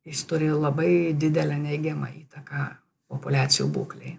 jis turi labai didelę neigiamą įtaką populiacijų būklei